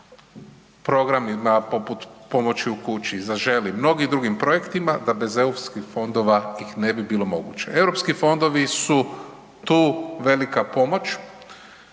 programima poput pomoći u kući „Zaželi“, mnogim drugim projektima da bez eu fondova ih ne bi bilo moguće. Europski fondovi su tu velika pomoć